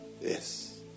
Yes